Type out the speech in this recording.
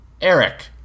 Eric